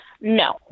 No